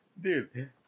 dude